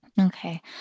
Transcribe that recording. Okay